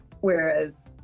whereas